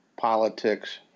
politics